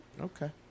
Okay